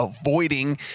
avoiding